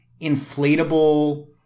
inflatable